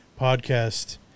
podcast